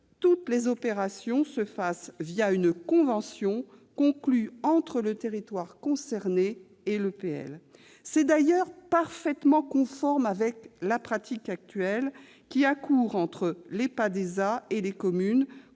toutes les opérations se fassent une convention conclue entre le territoire concerné et l'EPL. C'est d'ailleurs parfaitement conforme à la pratique qui a cours entre l'EPADESA et les communes,